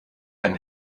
ein